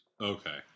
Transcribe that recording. Okay